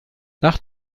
nach